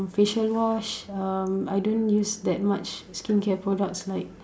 um facial wash I don't use that much skincare products like